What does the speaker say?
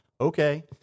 Okay